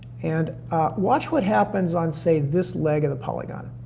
and watch what happens on, say, this leg of the polygon.